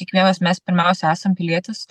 kiekvienas mes pirmiausia esam pilietis